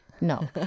No